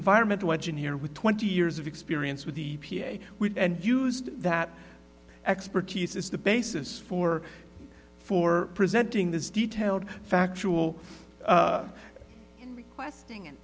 environmental engineer with twenty years of experience with the p a and used that expertise is the basis for for presenting this detailed factual a